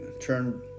turn